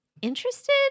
Interested